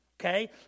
Okay